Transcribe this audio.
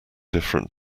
different